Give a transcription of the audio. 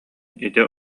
ити